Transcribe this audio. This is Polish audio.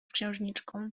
księżniczką